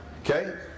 Okay